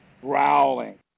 growling